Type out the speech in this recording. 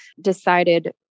decided